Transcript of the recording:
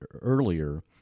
earlier